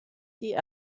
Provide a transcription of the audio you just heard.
die